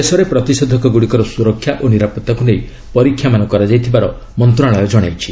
ଦେଶରେ ପ୍ରତିଷେଧକଗୁଡ଼ିକର ସୁରକ୍ଷା ଓ ନିରାପତ୍ତାକୁ ନେଇ ପରୀକ୍ଷା ମାନ କରାଯାଇଥିବାର ମନ୍ତ୍ରଣାଳୟ ଜଣାଇଛି